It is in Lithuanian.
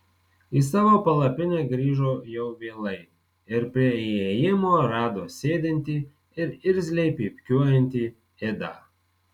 į savo palapinę grįžo jau vėlai ir prie įėjimo rado sėdintį ir irzliai pypkiuojantį idą